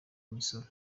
imisoro